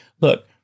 look